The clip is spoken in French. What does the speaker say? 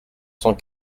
cent